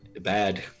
bad